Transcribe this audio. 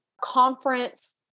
conference